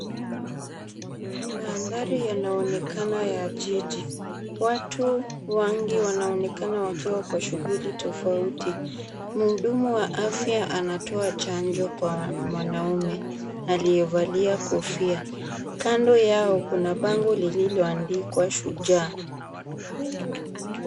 Mandhari yanaonekana ya jiji. Watu wengi wanaonekana wakiwa kwa shughuli tofauti. Mhudumu wa afya anatoa chanjo kwa mwanaume aliyevalia kofia. Kando yao, kuna bango lililoandikwa, shujaa.